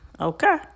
okay